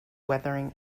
weathering